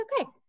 okay